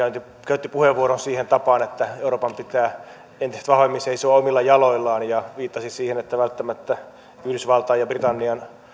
käytti puheenvuoron siihen tapaan että euroopan pitää entistä vahvemmin seisoa omilla jaloillaan ja viittasi siihen että välttämättä yhdysvaltain ja britannian